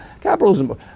capitalism